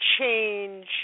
change